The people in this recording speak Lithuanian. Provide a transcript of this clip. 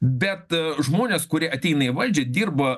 bet žmonės kurie ateina į valdžią dirba